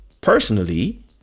Personally